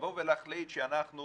לבוא ולהחליט שאנחנו